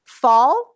fall